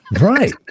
Right